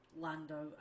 Lando